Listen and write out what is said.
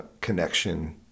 connection